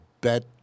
bet